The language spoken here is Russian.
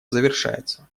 завершается